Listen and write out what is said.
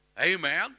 Amen